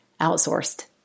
outsourced